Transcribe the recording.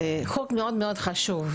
זה חוק מאוד מאוד חשוב,